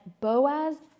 Boaz